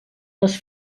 les